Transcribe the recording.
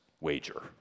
wager